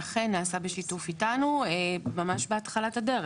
אכן זה נעשה בשיתוף פעולה איתנו, ממש בהתחלת הדרך.